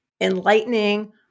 enlightening